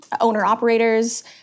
owner-operators